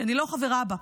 שאני לא חברה בה: